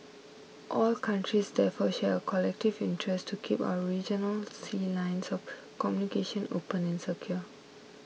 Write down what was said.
all countries therefore share a collective interest to keep our regional sea lines of communication open and secure